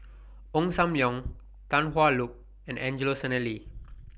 Ong SAM Leong Tan Hwa Luck and Angelo Sanelli